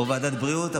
או ועדת בריאות,